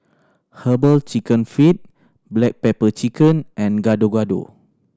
Herbal Chicken Feet black pepper chicken and Gado Gado